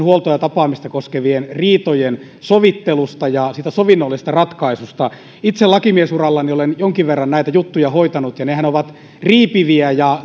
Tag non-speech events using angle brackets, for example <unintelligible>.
<unintelligible> huoltoa ja tapaamista koskevien riitojen sovittelusta ja sovinnollisesta ratkaisusta itse lakimiesurallani olen jonkin verran näitä juttuja hoitanut ja nehän ovat riipiviä